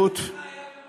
מנהיגות, אתה שומע את עצמך,